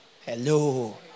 Hello